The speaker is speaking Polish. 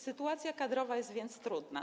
Sytuacja kadrowa jest więc trudna.